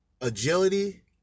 agility